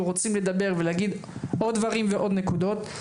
רוצים לדבר ולהגיד עוד דברים ועוד נקודות.